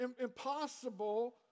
Impossible